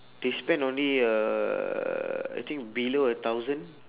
they spend only uh I think below a thousand